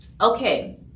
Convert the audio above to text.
Okay